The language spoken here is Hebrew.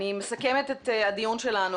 אני מסכמת את הדיון שלנו.